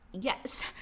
yes